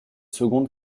secondes